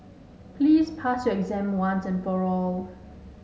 please pass your exam once and for all